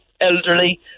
elderly